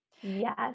Yes